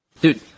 Dude